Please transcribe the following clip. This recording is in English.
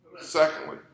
Secondly